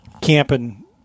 camping